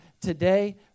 today